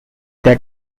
that